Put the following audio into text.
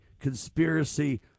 conspiracy